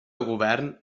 govern